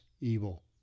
evil